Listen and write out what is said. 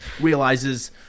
realizes